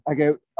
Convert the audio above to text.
Okay